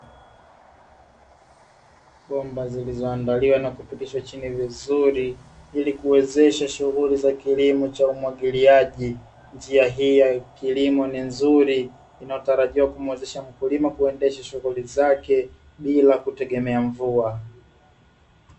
Bomba zilizoandaliwa na kupitishwa chini ya ardhi vizuri ili kuwezesha shughuli ya kilimo cha umwagiliaji, njia hii ya kilimo ni nzuri inatarajiwa kumuwezesha mkulima kuendesha shughuli zake bila kutegemea mvua.